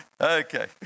okay